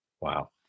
Wow